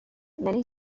many